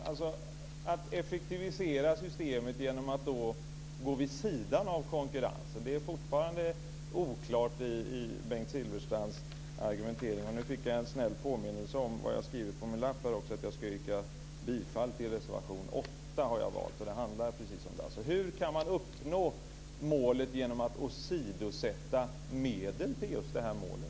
Fru talman! Det blir en effektivisering genom att man går vid sidan av konkurrensen. Bengt Silfverstrands argumentering är fortfarande oklar. Jag har fått en snäll påminnelse om att jag ska yrka bifall till reservation 8, som jag har skrivit på min lapp. Den handlar precis om det. Hur kan man uppnå målet genom att åsidosätta medel som ska leda till målet?